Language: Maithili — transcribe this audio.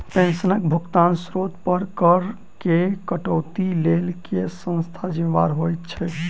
पेंशनक भुगतानक स्त्रोत पर करऽ केँ कटौतीक लेल केँ संस्था जिम्मेदार होइत छैक?